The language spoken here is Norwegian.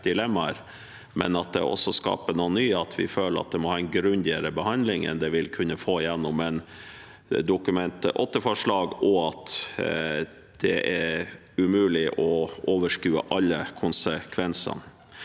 dilemmaer, men fordi det også skaper noen nye. Vi føler at det må ha en grundigere behandling enn det vil kunne få igjennom et Dokument 8-forslag, og at det er umulig å overskue alle konsekvenser.